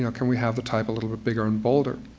can we have the type a little bit bigger and bolder?